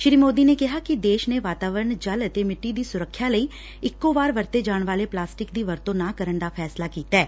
ਸ਼ੀ ਮੋਦੀ ਨੇ ਕਿਹਾ ਕਿ ਦੇਸ਼ ਨੇ ਵਾਤਾਵਰਨ ਜਲ ਅਤੇ ਮਿੱਟੀ ਦੀ ਸੁਰੱਖਿਆ ਲਈ ਇਕੋ ਵਾਰ ਵਰਤੇ ਜਾਣ ਵਾਲੇ ਪਲਾਸਟਿਕ ਦੀ ਵਰਤੋਂ ਨਾ ਕਰਨ ਦਾ ਫੈਸਲਾ ਕੀਤੈ